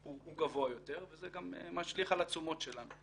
הוא גבוה יותר, וזה גם משליך על התשומות שלנו.